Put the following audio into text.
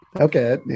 Okay